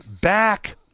back